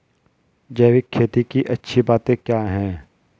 जैविक खेती की अच्छी बातें क्या हैं?